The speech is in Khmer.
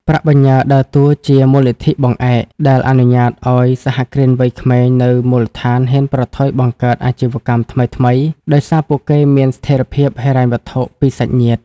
ប្រាក់បញ្ញើដើរតួជា "មូលនិធិបង្អែក" ដែលអនុញ្ញាតឱ្យសហគ្រិនវ័យក្មេងនៅមូលដ្ឋានហ៊ានប្រថុយបង្កើតអាជីវកម្មថ្មីៗ ដោយសារពួកគេមានស្ថិរភាពហិរញ្ញវត្ថុពីសាច់ញាតិ។